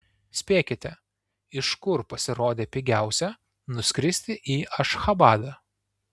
spėkite iš kur pasirodė pigiausia nuskristi į ašchabadą